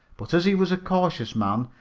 but as he was a cautious man,